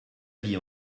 vie